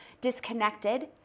disconnected